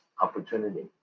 opportunity